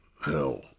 hell